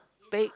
big